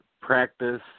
practice